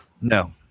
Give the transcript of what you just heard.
No